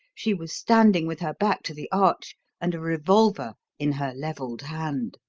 she was standing with her back to the arch and a revolver in her levelled hand.